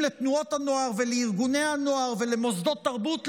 לתנועות הנוער ולארגוני הנוער ולמוסדות תרבות,